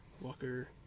Walker